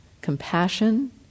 compassion